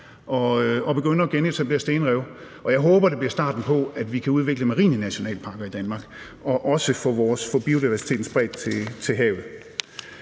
og begynde at genetablere stenrev. Jeg håber, det bliver starten på, at vi kan udvikle marine nationalparker i Danmark og også få biodiversiteten spredt til havet.